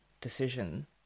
decision